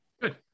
good